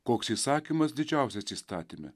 koks įsakymas didžiausias įstatyme